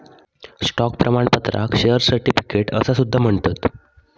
stock प्रमाणपत्राक share certificate असा सुद्धा म्हणतत